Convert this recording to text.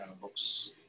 books